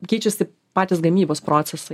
keičiasi patys gamybos procesai